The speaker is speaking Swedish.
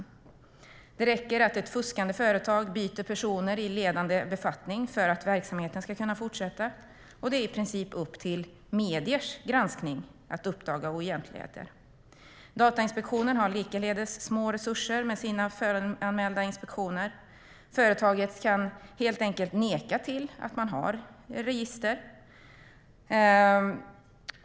Det räcker att ett fuskande företag byter personer i ledande befattning för att verksamheten ska kunna fortsätta, och det är i princip upp till medier att genom granskning uppdaga oegentligheter. Datainspektionen har med sina föranmälda inspektioner likaledes små resurser. Företaget kan helt enkelt neka till att man har register.